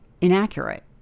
inaccurate